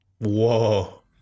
Whoa